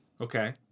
Okay